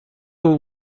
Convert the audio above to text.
would